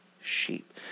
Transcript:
sheep